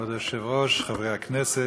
כבוד היושבת-ראש, חברי הכנסת,